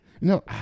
No